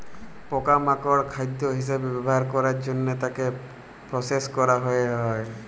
পকা মাকড় খাদ্য হিসবে ব্যবহার ক্যরের জনহে তাকে প্রসেস ক্যরা হ্যয়ে হয়